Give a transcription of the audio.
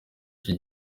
iki